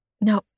No